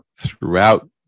throughout